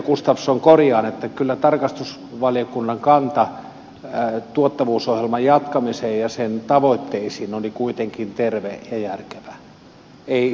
gustafsson korjaan että kyllä tarkastusvaliokunnan kanta tuottavuusohjelman jatkamiseen ja sen tavoitteisiin oli kuitenkin terve ja järkevä